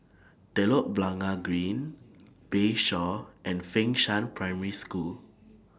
Telok Blangah Green Bayshore and Fengshan Prime School